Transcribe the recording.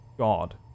God